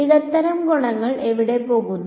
ഇടത്തരം ഗുണങ്ങൾ എവിടെ പോകുന്നു